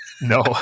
No